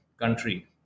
country